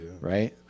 right